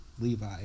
Levi